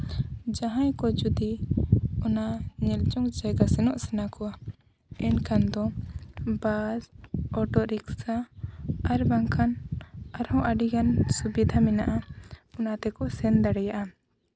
ᱡᱟᱦᱟᱸᱭ ᱠᱚ ᱡᱩᱫᱤ ᱚᱱᱟ ᱧᱮᱞ ᱡᱚᱝ ᱡᱟᱭᱜᱟ ᱥᱮᱱᱚᱜ ᱥᱟᱱᱟ ᱠᱚᱣᱟ ᱮᱱᱠᱷᱟᱱ ᱫᱚ ᱵᱟᱥ ᱚᱴᱳ ᱨᱤᱠᱥᱟ ᱟᱨ ᱵᱟᱝᱠᱷᱟᱱ ᱟᱨᱦᱚᱸ ᱟᱹᱰᱤᱜᱟᱱ ᱥᱩᱵᱤᱫᱷᱟ ᱢᱮᱱᱟᱜᱼᱟ ᱚᱱᱟ ᱛᱮᱠᱚ ᱥᱮᱱ ᱫᱟᱲᱮᱭᱟᱜᱼᱟ